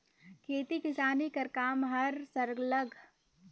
खेती किसानी कर काम हर सरलग गाँवें कती सुग्घर ले होथे